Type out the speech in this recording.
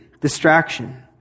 distraction